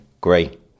Great